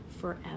forever